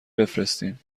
بفرستیم